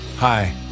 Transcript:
Hi